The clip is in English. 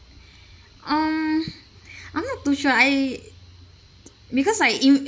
um I'm not too sure I because like in~